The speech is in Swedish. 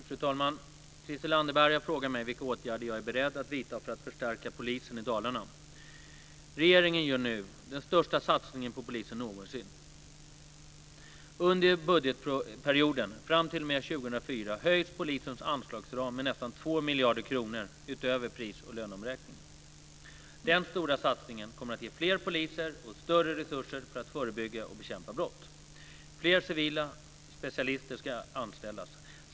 Fru talman! Christel Anderberg har frågat mig vilka åtgärder jag är beredd att vidta för att förstärka polisen i Dalarna. Regeringen gör nu den största satsningen på polisen någonsin. Under budgetperioden fram t.o.m. 2004 höjs polisens anslagsram med nästan 2 miljarder kronor utöver pris och löneomräkningen. Den stora satsningen kommer att ge fler poliser och större resurser för att förebygga och bekämpa brott. Fler civila specialister ska anställas.